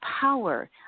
power